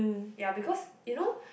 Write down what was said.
ya because you know